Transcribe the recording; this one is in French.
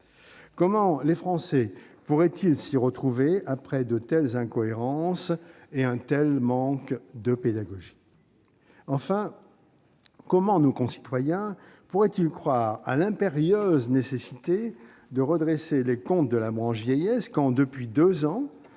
Comment les Français pourraient-ils s'y retrouver après de telles incohérences et un tel manque de pédagogie ? Enfin, comment nos concitoyens pourraient-ils croire à l'impérieuse nécessité de redresser les comptes de la branche vieillesse alors que, depuis deux ans,